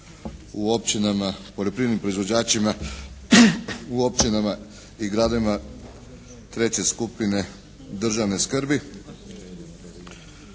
u općinama, poljoprivrednim proizvođačima u općinama i gradovima treće skupine državne skrbi,